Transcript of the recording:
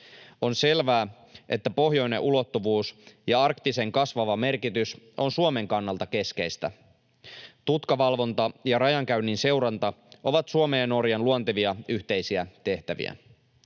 On selvää, että pohjoinen ulottuvuus ja arktisen kasvava merkitys ovat Suomen kannalta keskeisiä. Tutkavalvonta ja rajankäynnin seuranta ovat Suomen ja Norjan luontevia yhteisiä tehtäviä.